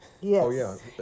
Yes